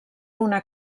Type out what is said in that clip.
una